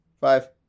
Five